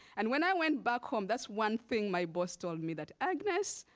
and when i went back home, that's one thing my boss told me that, agnes,